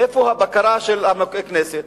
איפה הבקרה שלנו ככנסת?